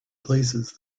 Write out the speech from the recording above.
places